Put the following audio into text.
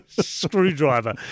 Screwdriver